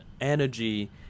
energy